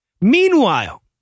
Meanwhile